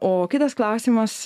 o kitas klausimas